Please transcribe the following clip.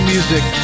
Music